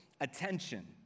attention